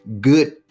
good